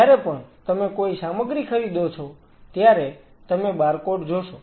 જ્યારે પણ તમે કોઈ સામગ્રી ખરીદો છો ત્યારે તમે બારકોડ જોશો